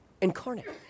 incarnate